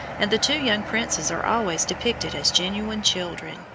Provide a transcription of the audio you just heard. and the two young princes are always depicted as genuine children,